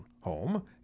home